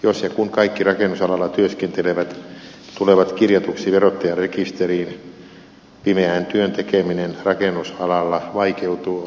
jos ja kun kaikki rakennusalalla työskentelevät tulevat kirjatuksi verottajan rekisteriin pimeän työn tekeminen rakennusalalla vaikeutuu olennaisesti